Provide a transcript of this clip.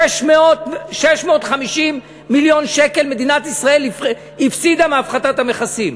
650 מיליון שקל מדינת ישראל הפסידה מהפחתת המכסים,